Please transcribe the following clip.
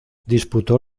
disputó